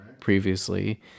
previously